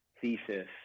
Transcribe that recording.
thesis